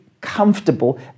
comfortable